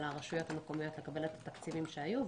הרשויות המקומיות לקבל את התקציבים שהיו.